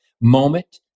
moment